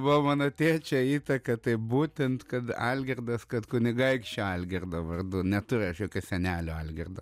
buvo mano tėčio įtaka tai būtent kad algirdas kad kunigaikščio algirdo vardu neturiu aš jokio senelio algirdo